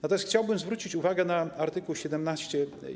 Natomiast chciałbym zwrócić uwagę na art. 17.